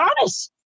honest